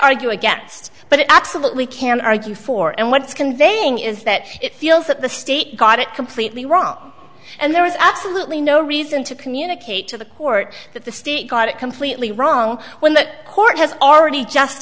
argue against but it absolutely can argue for and when it's conveying is that it feels that the state got it completely wrong and there is absolutely no reason to communicate to the court that the state got it completely wrong when the court has already just